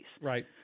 Right